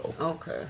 Okay